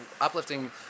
uplifting